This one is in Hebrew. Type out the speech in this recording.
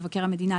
מבקר המדינה,